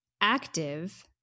active